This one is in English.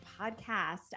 Podcast